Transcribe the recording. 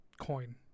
coin